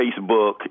facebook